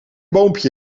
boompje